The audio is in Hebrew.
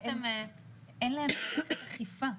אין להם מערכת אכיפה.